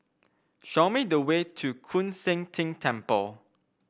show me the way to Koon Seng Ting Temple